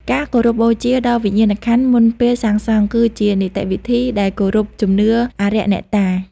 ការគោរពបូជាដល់ វិញ្ញាណក្ខន្ធមុនពេលសាងសង់ គឺជានីតិវិធីដែលគោរពជំនឿអារក្សអ្នកតា។